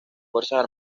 fuerzas